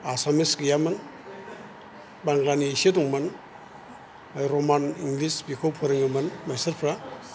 आसामिस गैयामोन बांलानि एसे दंमोन रमान इंग्लिस बेखौ फोरोङोमोन मास्ठारफ्रा